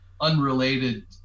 unrelated